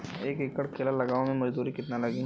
एक एकड़ में केला लगावे में मजदूरी कितना लागी?